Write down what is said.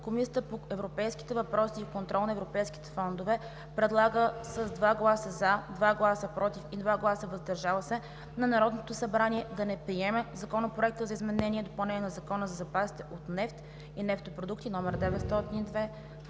Комисията по европейските въпроси и контрол на европейските фондове предлага с 2 гласа „за“, 2 гласа „против“, и 2 гласа „въздържал се“ на Народното събрание да не приеме Законопроект за изменение и допълнение на Закона за запасите от нефт и нефтопродукти, №